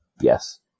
yes